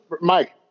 Mike